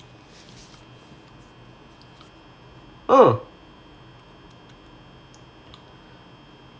oh